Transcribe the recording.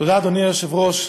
תודה, אדוני היושב-ראש,